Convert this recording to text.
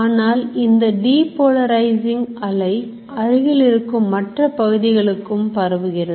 ஆனால் இந்த depolarizing அலை அருகில் இருக்கும் மற்ற பகுதிகளுக்கும் பரவுகிறது